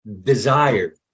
desire